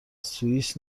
سوئیس